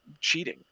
cheating